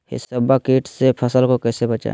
हिसबा किट से फसल को कैसे बचाए?